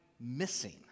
missing